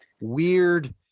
weird